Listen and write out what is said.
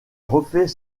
refait